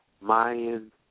Mayan